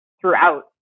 throughout